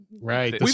Right